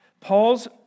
Paul's